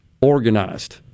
organized